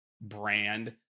brand